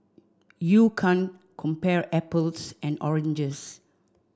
you can't compare apples and oranges